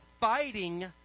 fighting